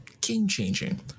game-changing